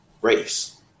race